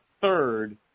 third